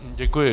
Děkuji.